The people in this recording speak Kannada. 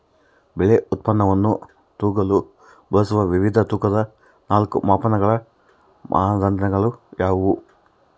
ಬೆಳೆ ಉತ್ಪನ್ನವನ್ನು ತೂಗಲು ಬಳಸುವ ವಿವಿಧ ತೂಕದ ನಾಲ್ಕು ಮಾಪನದ ಮಾನದಂಡಗಳು ಯಾವುವು?